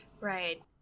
Right